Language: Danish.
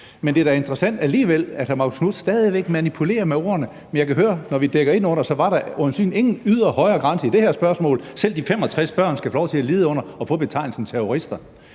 Men det er da interessant alligevel, at hr. Marcus Knuth stadig væk manipulerer med ordene. Men jeg kan høre, når vi afdækker det, at der øjensynlig ingen ydre, højre grænse er i det her spørgsmål – selv de 65 børn skal få lov til at lide under betegnelsen terrorister.